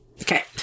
Okay